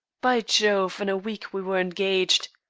by jove, in a week we were engaged.